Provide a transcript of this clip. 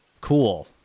cool